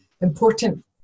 important